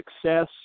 success